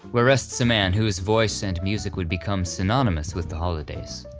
where rests a man whose voice and music would become synonymous with the holidays,